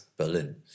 Berlin